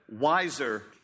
wiser